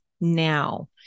now